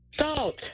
Salt